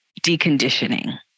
deconditioning